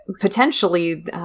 potentially